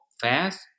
fast